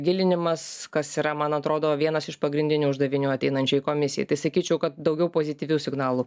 gilinimas kas yra man atrodo vienas iš pagrindinių uždavinių ateinančiai komisijai tai sakyčiau kad daugiau pozityvių signalų